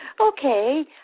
okay